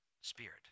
spirit